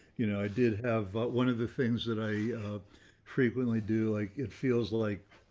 you know, i did have one of the things that i frequently do like it feels like,